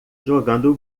jogando